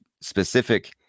specific